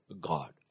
God